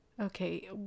Okay